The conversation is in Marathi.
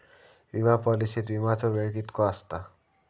विमा पॉलिसीत विमाचो वेळ कीतको आसता?